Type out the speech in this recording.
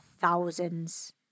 thousands